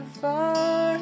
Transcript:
far